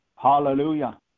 Hallelujah